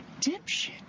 dipshit